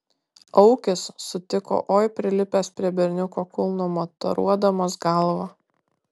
aukis sutiko oi prilipęs prie berniuko kulno mataruodamas galva